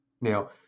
Now